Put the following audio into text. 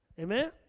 Amen